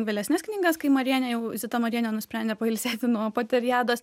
vėlesnes knygas kai marienė jau zita marienė nusprendė pailsėti nuo poteriados